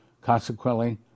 consequently